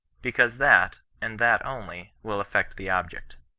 because that, and that only, will effect the object.